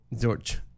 George